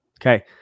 Okay